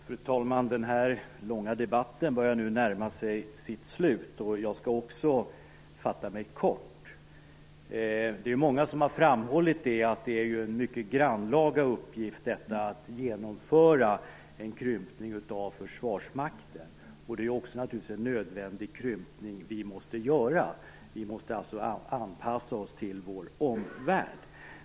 Fru talman! Denna långa debatt börjar nu närma sig sitt slut. Jag skall också fatta mig kort. Det är många som har framhållit att det är en mycket grannlaga uppgift detta att genomföra en krympning av Försvarsmakten, men det är också naturligtvis nödvändigt att vi gör det. Vi måste anpassa oss till vår omvärld.